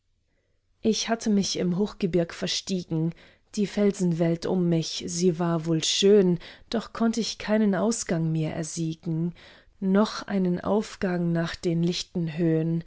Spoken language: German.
ich hatte mich im hochgebirg verstiegen die felsenwelt um mich sie war wohl schön doch konnt ich keinen ausgang mir ersiegen noch einen aufgang nach den